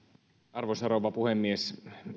arvoisa rouva puhemies